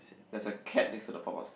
there's a cat next to the pop up store